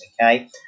Okay